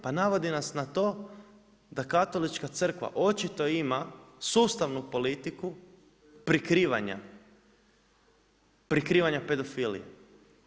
Pa navodi nas na to da Katolička crkva očito ima sustavnu politiku prikrivanja pedofilije.